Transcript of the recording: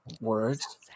words